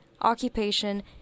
occupation